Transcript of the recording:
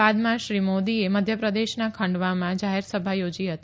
બાદમાં શ્રી મોદીએ મધ્યપ્રદેશના ખંડવામાં જાહેરસભા યોજી હતી